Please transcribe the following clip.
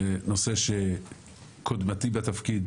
זה נושא שקודמתי בתפקיד